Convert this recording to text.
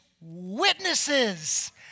witnesses